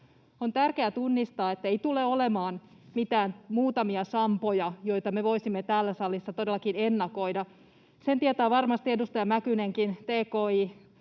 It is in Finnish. On tärkeää tunnistaa, ettei tule olemaan mitään muutamia sampoja, joita me voisimme täällä salissa todellakin ennakoida. Sen tietää varmasti edustaja Mäkynenkin